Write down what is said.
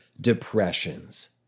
depressions